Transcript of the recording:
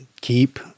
keep